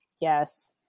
Yes